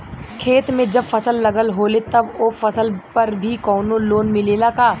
खेत में जब फसल लगल होले तब ओ फसल पर भी कौनो लोन मिलेला का?